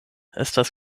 estas